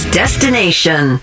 destination